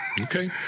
Okay